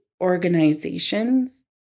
organizations